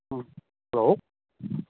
hello